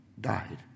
died